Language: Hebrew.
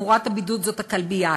מאורת הבידוד זאת הכלבייה,